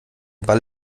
ball